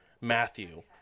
Matthew